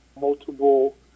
multiple